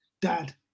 dad